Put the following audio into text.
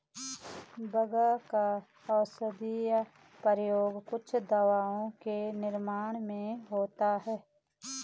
भाँग का औषधीय प्रयोग कुछ दवाओं के निर्माण में होता है